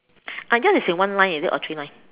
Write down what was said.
uh yours is in one line is it or three lines